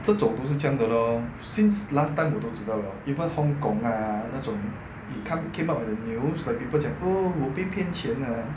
这种都是这样的咯 since last time 我都知道了 even hong kong ah 那种 it ca~ it came up in the news like people 讲哦我陪骗钱呢